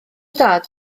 dad